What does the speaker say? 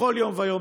בכל יום ויום,